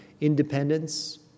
independence